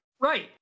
Right